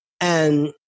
And-